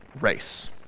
race